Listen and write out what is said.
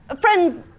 friends